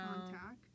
contact